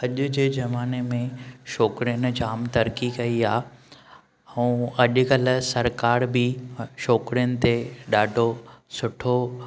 अॼु जे जमाने में छोकिरिनि जाम तरक़ी कई आहे ऐं अॼुकल्ह सरकार बि छोकिरिनि ते ॾाढो सुठो